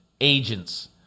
agents